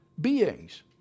beings